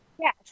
Yes